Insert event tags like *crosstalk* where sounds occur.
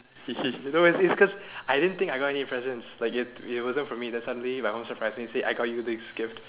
*laughs* you know why is is cause I didn't think I got any presents like it wasn't for me then suddenly my mom surprise me say I got you this gift